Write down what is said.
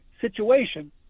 situation